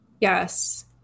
Yes